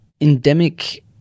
endemic